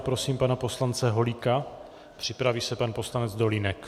Prosím pana poslance Holíka, připraví se pan poslanec Dolínek.